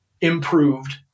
improved